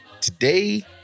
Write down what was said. today